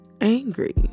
angry